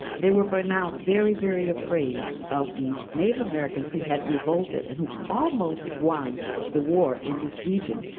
they were by now very, very afraid of these native americans who had revolted, and who almost won the war in this region.